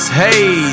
hey